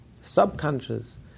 subconscious